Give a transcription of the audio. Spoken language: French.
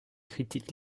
critique